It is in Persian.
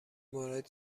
مورد